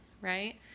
right